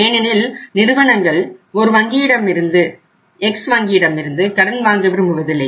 ஏனெனில் நிறுவனங்கள் ஒரு வங்கியிடமிருந்து X வங்கியிடமிருந்து கடன் வாங்க விரும்புவதில்லை